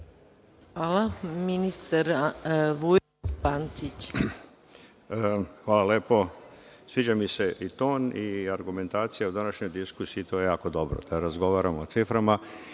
**Dušan Vujović** Hvala lepo. Sviđa mi se i ton i argumentacija na današnjoj diskusiji, to je jako dobro, da razgovaramo o ciframa.